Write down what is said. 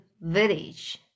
village